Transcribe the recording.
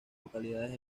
localidades